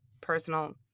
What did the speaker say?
personal